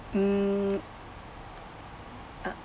mm uh